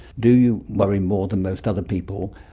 do you worry more than most other people?